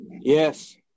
Yes